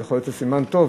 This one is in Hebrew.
זה יכול להיות סימן טוב,